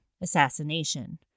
assassination